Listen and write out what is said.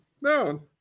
No